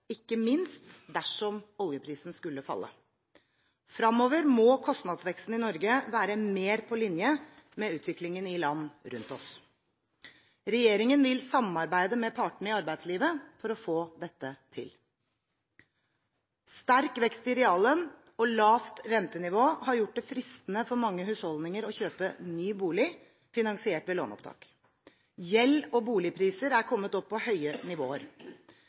ikke minst dersom oljeprisen skulle falle. Fremover må kostnadsveksten i Norge være mer på linje med utviklingen i land rundt oss. Regjeringen vil samarbeide med partene i arbeidslivet for å få dette til. Sterk vekst i reallønn og lavt rentenivå har gjort det fristende for mange husholdninger å kjøpe ny bolig, finansiert ved låneopptak. Gjeld og boligpriser er kommet opp på høye nivåer.